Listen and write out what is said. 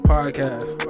Podcast